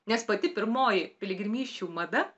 nes pati pirmoji piligrimysčių mada